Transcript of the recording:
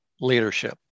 leadership